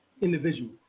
individuals